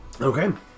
Okay